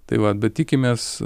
tai va bet tikimės